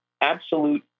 absolute